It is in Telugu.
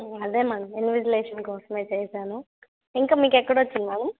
అదే మేడం ఇన్విజ్యులేషన్ కోసమే చేశాను ఇంకా మీకు ఎక్కడొచ్చింది మేడం